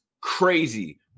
crazy